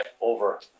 over